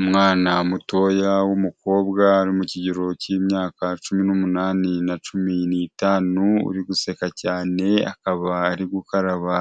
Umwana mutoya w'umukobwa uri mu kigero cy'imyaka cumi n'umunani na cumi n'itanu uri guseka cyane, akaba ari gukaraba